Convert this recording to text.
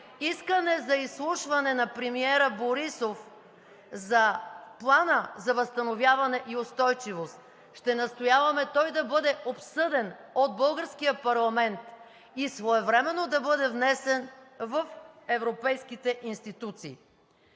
искане за изслушване на премиера Борисов за Плана за възстановяване и устойчивост. Ще настояваме той да бъде обсъден от българския парламент и своевременно да бъде внесен в европейските институции.